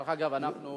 דרך אגב, אנחנו